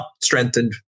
strengthened